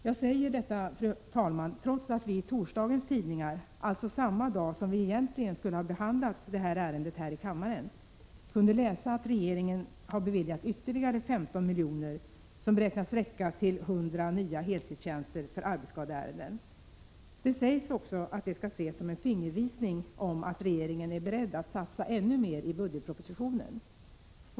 Jag säger detta, fru talman, trots att vi i torsdagens tidningar — alltså samma dag som vi egentligen skulle ha behandlat det här ärendet i kammaren — kunde läsa att regeringen har beviljat ytterligare 15 milj.kr., ett belopp som beräknas räcka till 100 nya heltidstjänster för arbetsskadeärenden. Det sägs också att det skall ses som en fingervisning om att regeringen är beredd att satsa ännu mer i budgetpropositionen.